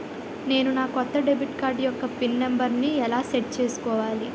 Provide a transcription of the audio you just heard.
నేను నా కొత్త డెబిట్ కార్డ్ యెక్క పిన్ నెంబర్ని ఎలా సెట్ చేసుకోవాలి?